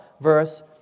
verse